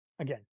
again